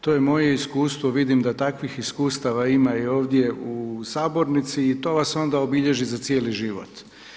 To je moje iskustvo, vidim da takvih iskustava ima i ovdje u sabornici i to vas onda obilježi za cijeli život.